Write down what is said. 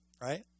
right